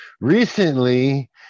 recently